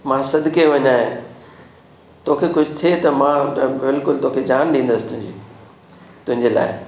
मां सदिके वञा तोखे कुझु थिए त मां त बिल्कुलु तोखे जान ॾींदसि तुंहिंजे लाइ